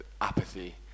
apathy